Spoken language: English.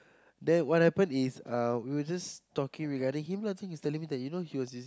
then what happen is we were just talking regarding him loh since he's telling me that you know he was his